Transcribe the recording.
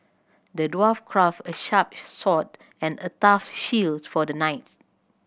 the dwarf crafted a sharp sword and a tough shield for the knight